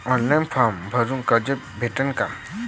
Online form भरून कर्ज भेटन का?